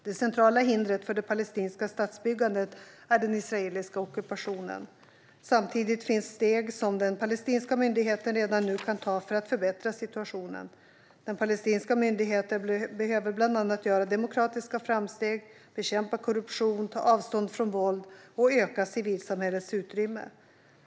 Det centrala hindret för det palestinska statsbyggandet är den israeliska ockupationen. Samtidigt finns steg som den palestinska myndigheten redan nu kan ta för att förbättra situationen. Den palestinska myndigheten behöver bland annat göra demokratiska framsteg, bekämpa korruption, ta avstånd från våld och öka civilsamhällets utrymme.